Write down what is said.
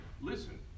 listen